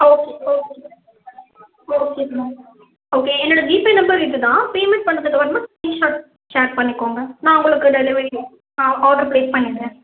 okay okay okay ma'am okay என்னோட GPay number இது தான் பேமெண்ட் பண்ணதுக்கப்பறமாக ஸ்க்ரீன் ஷாட் ஷேர் பண்ணிக்கோங்க நான் உங்களுக்கு டெலிவரி ஆ ஆடர் ப்ளேஸ் பண்ணிடுறேன்